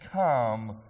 come